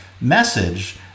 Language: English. message